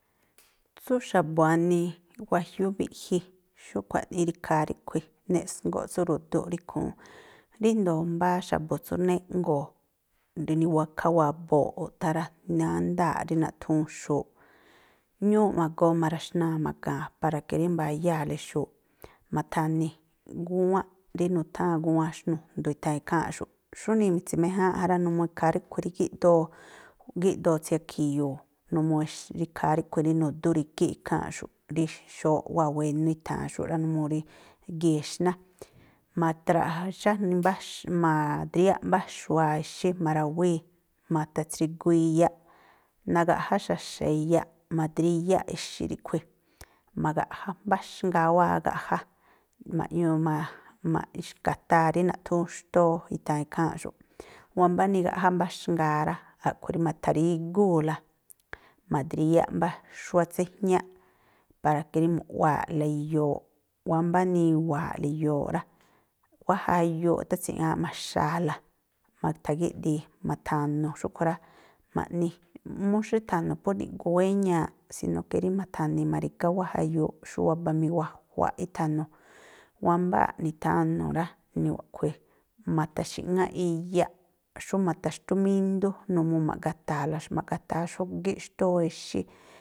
Tsú xa̱bu̱ wanii wajiúúꞌ mbiꞌji, ikhaa ríꞌkhui̱ neꞌsŋgóꞌ tsú ru̱dúꞌ rí ikhúún, ríjndo̱o mbáá xa̱bu̱ tsú jnéꞌngo̱o̱, rí niwakháwaboo̱ꞌ úꞌthá rá, nándáa̱ꞌ rí naꞌthúún xu̱u̱ꞌ. Ñúúꞌ ma̱goo ma̱ra̱xnaa̱ ma̱ga̱a̱n para ke rí mbayáa̱le xu̱u̱ꞌ. Ma̱tha̱ni̱ gúwánꞌ rí nutháa̱n gúwánꞌ xnu̱jndu̱ i̱tha̱an ikháa̱nꞌxu̱ꞌ. Xújnii mi̱tsi̱méjáánꞌ ja rá. Numuu ikhaaríꞌkhui̱ rí gíꞌdoo, gíꞌdoo tsiakhi̱yu̱u̱, numuu ikhaa ríꞌkhui̱ rí nu̱dú rígíꞌ ikháa̱nꞌxu̱ꞌ, rí xóóꞌ wáa̱ wénú i̱tha̱an xúꞌ rá, numuu rí gii̱ exná. Ma̱traꞌja̱ ma̱dríyáꞌ mbá xu̱wa̱a, exí, ma̱rawíí, ma̱tha̱tsrigu iyaꞌ, nagaꞌjá xa̱xa̱ iyaꞌ, ma̱dríyáꞌ exí ríꞌkhui̱, ma̱gaꞌjá mbáxngaa wáa̱ ágaꞌjá, ma̱ꞌñuu ma̱ ma̱ꞌxga̱taa rí naꞌthúún xtóó i̱tha̱an ikháa̱nꞌxu̱ꞌ. Wámbá nigaꞌjá mbáxngaa rá, a̱ꞌkhui̱ rí ma̱tha̱rígúu̱la, ma̱dríyáꞌ mbá xuá tsíjñáꞌ, para ke rí mu̱ꞌwaa̱ꞌla iyooꞌ, wámbá niwa̱a̱ꞌla iyooꞌ rá, wáa̱ jayuuꞌ ítha̱tsi̱ŋááꞌ ma̱xaa̱la, ma̱tha̱gíꞌdi̱i ma̱tha̱nu̱ xúꞌkhui̱ rá. Ma̱ꞌni, múú xítha̱nu̱ phú niꞌgu wéñaaꞌ, sino ke rí mi̱tha̱ni̱ ma̱ri̱gá wáa̱ wayuuꞌ xú wabaꞌ miwajuaꞌ ítha̱nu̱. Wámbáa̱ꞌ nithanu̱ rá, a̱ꞌkhui̱ ma̱tha̱xi̱ꞌŋáꞌ iyaꞌ, xú ma̱tha̱xtúmíndú, numuu ma̱ꞌgata̱a̱la, ma̱gataa xógíꞌ xtóó exí.